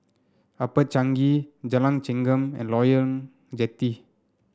Upper Changi Jalan Chengam and Loyang Jetty